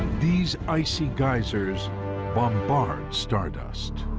these icy geysers bombard stardust.